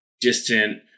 distant